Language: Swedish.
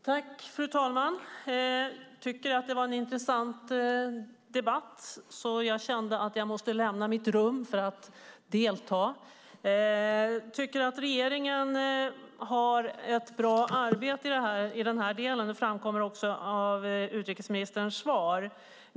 Fru talman! Jag tyckte att det var en intressant debatt och kände att jag måste delta i den. Regeringen gör ett bra arbete i den här delen, vilket också framkommer i utrikesministerns svar.